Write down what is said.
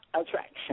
attraction